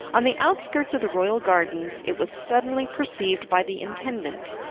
on the outskirts of the royal gardens, it was suddenly perceived by the intendant,